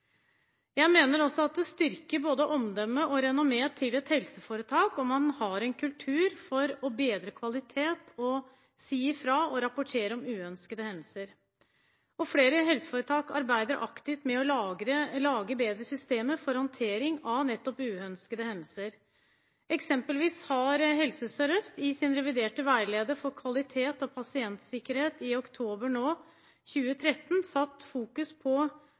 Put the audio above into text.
Jeg mener også at det styrker både omdømme og renommé til et helseforetak om man har en kultur for å bedre kvalitet og si fra og rapportere om uønskede hendelser. Flere helseforetak arbeider aktivt med å lage bedre systemer for håndtering nettopp av uønskede hendelser. Eksempelvis har Helse Sør-Øst i sin reviderte veileder for kvalitet og pasientsikkerhet i oktober 2013 nå satt fokus på